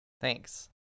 Thanks